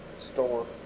store